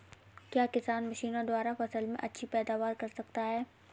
क्या किसान मशीनों द्वारा फसल में अच्छी पैदावार कर सकता है?